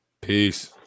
peace